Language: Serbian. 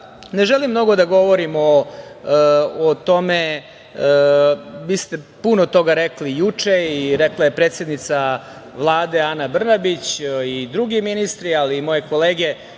želim mnogo da govorim o tome, vi ste puno toga rekli juče i rekla je predsednica Vlade, Ana Brnabić i drugi ministri, ali i moje kolege